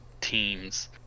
teams